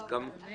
אז לא רצח,